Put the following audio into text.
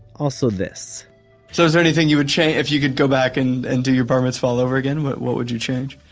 also this so is there anything you would change, if you could go back and and do your bar mitzvah all over again, what what would you change?